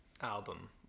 album